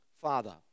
father